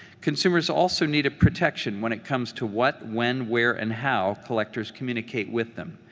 consumers also need a protection when it comes to what, when, where, and how collectors communicate with them.